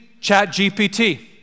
ChatGPT